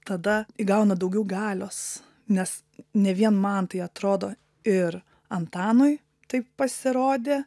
tada įgauna daugiau galios nes ne vien man tai atrodo ir antanui taip pasirodė